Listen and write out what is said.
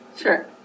Sure